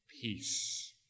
Peace